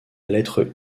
lettre